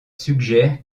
suggère